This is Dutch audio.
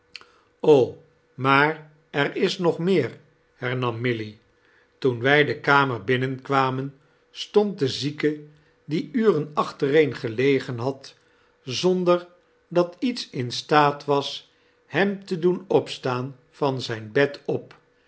maar er is nog meer hermam milly j toen wij die kamer binnenkwamen stond de zieke die uren aehtereen gelegen had bonder dat iets in staat was hem te doen opstaan van zijn bed op